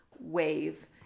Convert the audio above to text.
wave